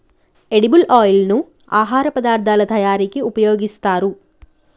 edible oil ను ఆహార పదార్ధాల తయారీకి ఉపయోగిస్తారు